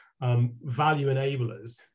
value-enablers